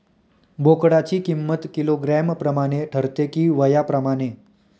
बोकडाची किंमत किलोग्रॅम प्रमाणे ठरते कि वयाप्रमाणे?